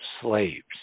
slaves